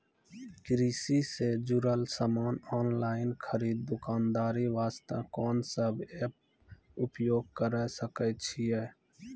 कृषि से जुड़ल समान ऑनलाइन खरीद दुकानदारी वास्ते कोंन सब एप्प उपयोग करें सकय छियै?